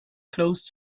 close